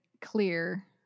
clear